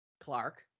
Clark